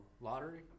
lottery